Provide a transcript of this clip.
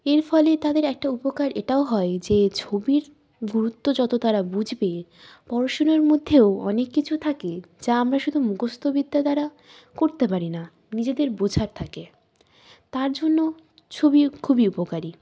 এর ফলে তাদের একটা উপকার এটাও হয় যে ছবির গুরুত্ব যত তারা বুঝবে পড়াশুনার মধ্যেও অনেক কিছু থাকে যা আমরা শুধু মুখস্থবিদ্যা দ্বারা করতে পারি না নিজেদের বোঝার থাকে তার জন্য ছবি খুবই উপকারী